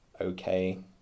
okay